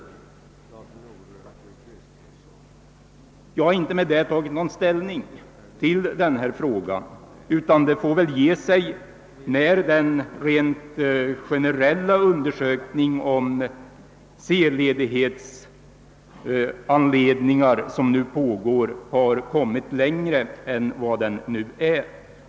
Härmed har jag inte tagit någon ställning till denna fråga; den får prövas när den rent generella undersökning om C-ledighetsanledningar som nu pågår har slutförts.